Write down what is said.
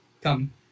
come